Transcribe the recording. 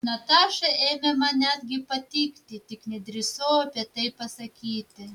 nataša ėmė man netgi patikti tik nedrįsau apie tai pasakyti